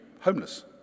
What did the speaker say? homeless